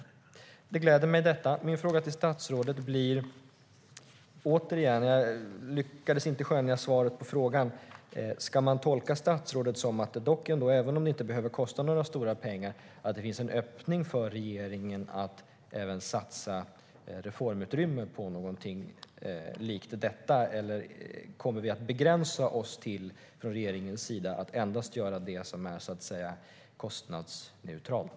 Detta gläder mig. Min fråga till statsrådet blir återigen - jag lyckades inte skönja svaret på frågan: Ska jag tolka statsrådet som att det, även om det inte behöver kosta några stora pengar, finns en öppning för att regeringen även satsar reformutrymme för något likt detta? Eller kommer regeringen att begränsa sig till att endast göra det som är kostnadsneutralt?